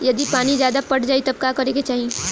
यदि पानी ज्यादा पट जायी तब का करे के चाही?